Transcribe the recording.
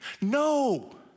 No